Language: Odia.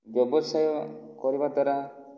ବ୍ୟବସାୟ କରିବା ଦ୍ୱାରା